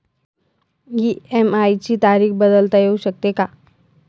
EMI ची तारीख बदलता येऊ शकते का?